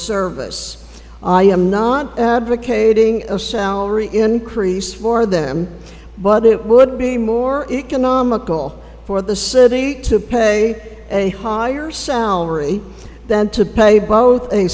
service i am not advocating a salary increase for them but it would be more economical for the city to pay a higher salary than to pay both a